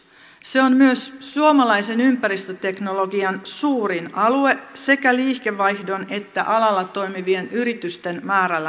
se on myös suomalaisen ympäristöteknologian suurin alue sekä liikevaihdon että alalla toimivien yritysten määrällä mitattuna